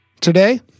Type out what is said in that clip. Today